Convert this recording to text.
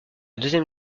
deuxième